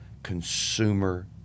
consumer